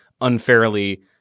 unfairly